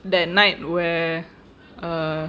that night where err